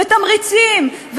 תמריצים,